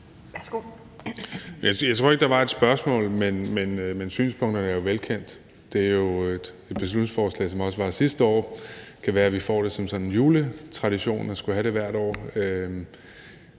Bek): Jeg tror ikke, der var noget spørgsmål, men synspunkterne er jo velkendte. Det er jo et beslutningsforslag, som også blev fremsat sidste år – det kan være, at det bliver en juletradition, at det bliver fremsat hvert år.